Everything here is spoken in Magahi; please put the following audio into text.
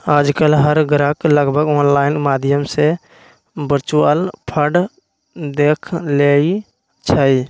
आजकल हर ग्राहक लगभग ऑनलाइन माध्यम से वर्चुअल कार्ड देख लेई छई